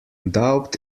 doubt